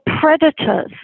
predators